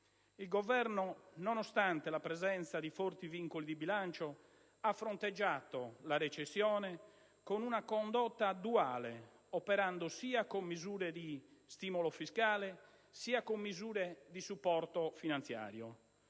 Il Governo, nonostante la presenza di forti vincoli di bilancio, ha fronteggiato la recessione con una condotta duale, operando sia con misure di stimolo fiscale sia con misure di supporto finanziario.